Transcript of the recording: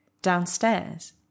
Downstairs